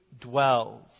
dwells